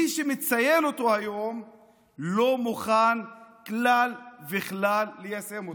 מי שמציין אותו היום לא מוכן כלל וכלל ליישם אותו.